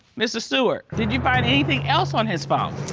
mr. siewert, did you find anything else on his phone?